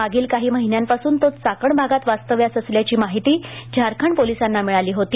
मागील काही महिन्यांपासून तो चाकण भागात वास्तव्यास असल्याची माहिती झारखंड पोलिसांना मिळाली होती